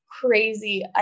crazy